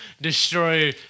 destroy